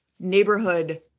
neighborhood